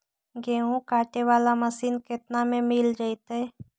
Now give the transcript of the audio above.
गेहूं काटे बाला मशीन केतना में मिल जइतै?